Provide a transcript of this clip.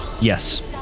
yes